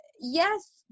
yes